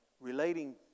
relating